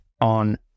on